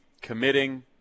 committing